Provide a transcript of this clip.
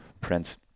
Prince